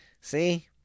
See